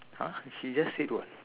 !huh! he just said what